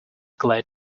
glad